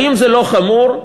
זה חמור,